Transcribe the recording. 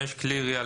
(5)כלי ירייה,